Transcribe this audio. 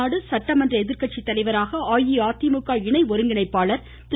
தமிழ்நாடு சட்டமன்ற எதிர்க்கட்சி தலைவராக அஇஅதிமுக இணை ஒருங்கிணைப்பாளர் திரு